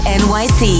nyc